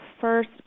first